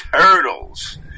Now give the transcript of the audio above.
Turtles